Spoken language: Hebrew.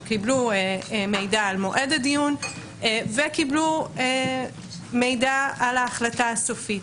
הם קיבלו מידע על מועד הדיון וקיבלו מידע על ההחלטה הסופית.